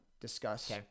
discuss